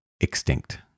extinct